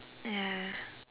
ya